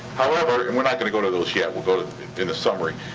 however, and we're not gonna go to those yet, we'll go in the summary,